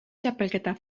txapelketa